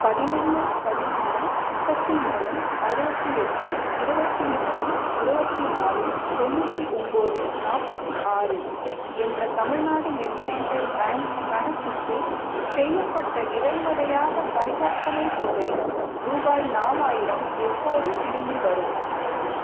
பதினொன்று பதினொன்று முப்பத்தி மூணு அறுபத்தி எட்டு இருபத்தி மூணு இருபத்தி நாலு தொண்ணூற்றி ஒம்போது நாற்பத்தி ஆறு என்ற தமிழ்நாடு மெர்கைன்டைல் பேங்க் கணக்குக்கு செய்யப்பட்ட நிறைவடையாத பரிவர்த்தனைத் தொகை ருபாய் நாலாயிரம் எப்போது திரும்பி வரும்